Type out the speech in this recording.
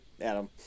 Adam